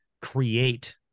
create